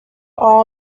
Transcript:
all